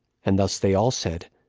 and thus they all said,